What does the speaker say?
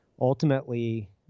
ultimately